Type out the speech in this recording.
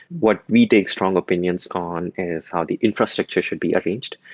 what we take strong opinion so on is how the infrastructure should be arranged.